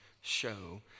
show